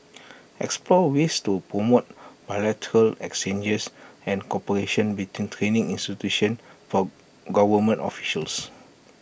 explore ways to promote bilateral exchanges and cooperation between training institutions for government officials